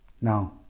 Now